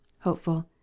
hopeful